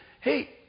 hey